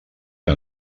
que